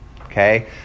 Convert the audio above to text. Okay